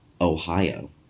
Ohio